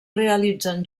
realitzen